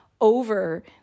over